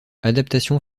adaptation